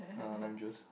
uh lime juice